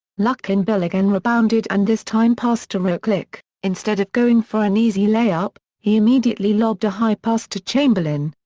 luckenbill again rebounded and this time passed to ruklick instead of going for an easy layup, he immediately lobbed a high pass to chamberlain.